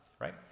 right